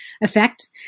effect